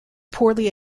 poorly